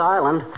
Island